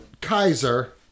Kaiser